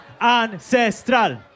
Ancestral